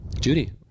Judy